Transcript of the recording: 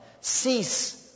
Cease